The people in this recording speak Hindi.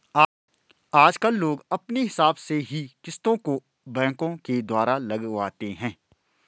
आजकल लोग अपने हिसाब से ही किस्तों को बैंकों के द्वारा लगवाते हैं